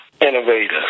innovators